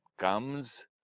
comes